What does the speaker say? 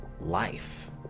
life